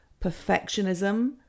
perfectionism